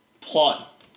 plot